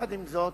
עם זאת,